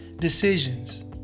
decisions